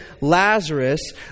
Lazarus